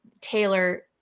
Taylor